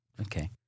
Okay